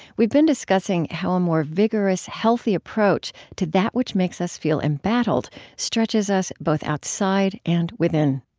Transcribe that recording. we've been discussing how a more vigorous healthy approach to that which makes us feel embattled stretches us both outside and within